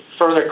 further